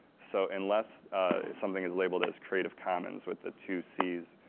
so, unless something is labeled as creative commons with the two c's